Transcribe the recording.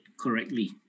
correctly